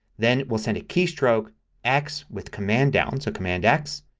then we'll send a keystroke x with command down. so command x.